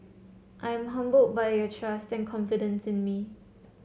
I am humbled by your trust and confidence in me